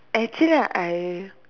actually I